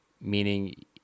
Meaning